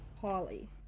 Holly